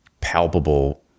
palpable